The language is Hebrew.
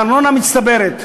הארנונה מצטברת.